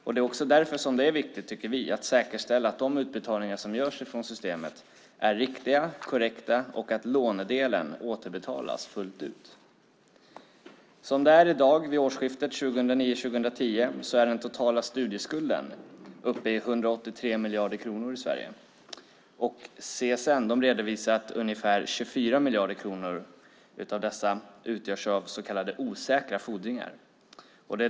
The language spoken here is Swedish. Det är också därför som det, menar vi, är viktigt att säkerställa att utbetalningar som görs från systemet är riktiga, korrekta, och att lånedelen återbetalas fullt ut. Vid årsskiftet 2009/10 var den totala studieskulden i Sverige uppe i 183 miljarder kronor. CSN redovisar att ungefär 24 miljarder kronor av dessa utgörs av så kallade osäkra fordringar.